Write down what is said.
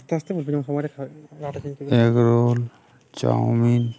আস্তে আস্তে বিভিন্ন সময় খা এগ রোল চাউমিন